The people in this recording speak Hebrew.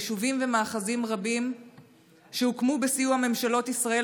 יישובים ומאחזים רבים שהוקמו בסיוע ממשלות ישראל